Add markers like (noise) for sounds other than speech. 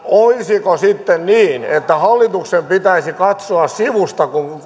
olisiko sitten niin että hallituksen pitäisi katsoa sivusta kun (unintelligible)